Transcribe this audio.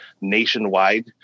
nationwide